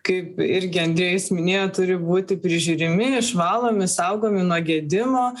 kaip irgi andrėjus minėjo turi būti prižiūrimi išvalomi saugomi nuo gedimo